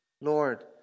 Lord